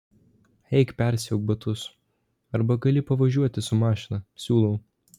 eik persiauk batus arba gali pavažiuoti su mašina siūlau